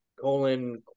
colon